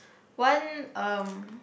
one um